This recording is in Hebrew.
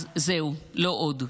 אז זהו, לא עוד.